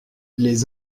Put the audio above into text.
les